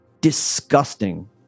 disgusting